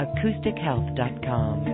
AcousticHealth.com